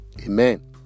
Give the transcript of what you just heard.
amen